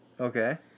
Okay